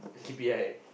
sleepy right